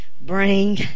bring